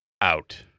out